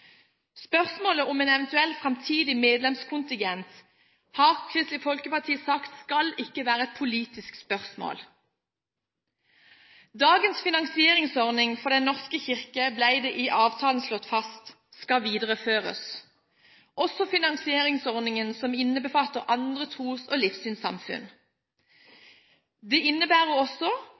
Spørsmålet om en eventuell framtidig medlemskontingent har Kristelig Folkeparti sagt ikke skal være et politisk spørsmål. I avtalen ble det slått fast at dagens finansieringsordning for Den norske kirke skal videreføres, også finansieringsordningen som innbefatter andre tros- og livssynssamfunn. Ifølge forliket innebærer dette også